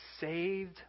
saved